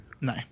No